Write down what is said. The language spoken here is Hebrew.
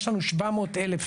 יש לנו 700 אלף